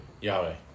Yahweh